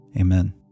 Amen